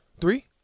Three